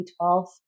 B12